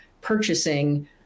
purchasing